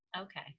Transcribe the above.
Okay